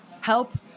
help